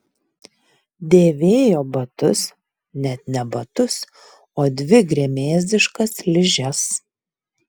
dėvėjo batus net ne batus o dvi gremėzdiškas ližes